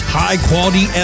high-quality